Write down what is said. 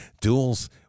duels